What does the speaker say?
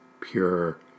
pure